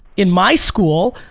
in my school,